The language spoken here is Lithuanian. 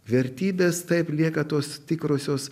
vertybės taip lieka tos tikrosios